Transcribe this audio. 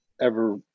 ever-